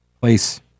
place